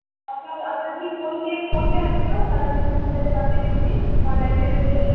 আপনার আপনার কি আপনার ফোনপে ফোনপে আছে তো তাহলে আমি ফোনপেতে পাঠিয়ে দিচ্ছি অনলাইন পেমেন্ট করে দিচ্ছি